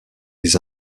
les